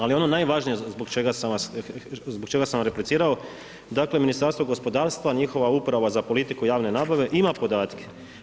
Ali ono najvažnije zbog čega sam replicirao, dakle Ministarstvo gospodarstva, njihova uprava za politiku javne nabave ima podatke.